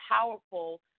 powerful